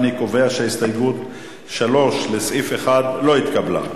אני קובע שהסתייגות 3 לסעיף 1 לא התקבלה.